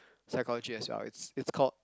psychology as well it's it's called